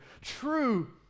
true